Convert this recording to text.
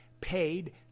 paid